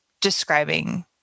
describing –